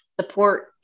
support